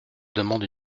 demande